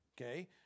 okay